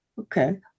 okay